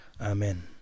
Amen